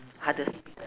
hardest